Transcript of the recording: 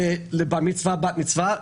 לבר מצווה ובת מצווה.